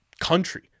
country